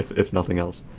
if if nothing else.